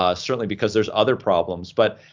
ah certainly because there's other problems, but,